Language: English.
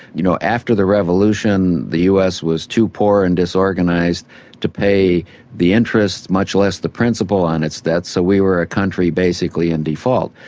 you know, after the revolution, the us was too poor and disorganised to pay the interest, much less the principal, on its debts, so we were a country basically in default.